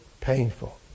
painful